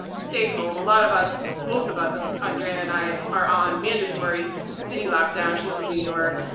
stay home. a lot of us, both of us, andrea and i are on mandatory city lockdown. she's in new york.